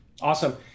Awesome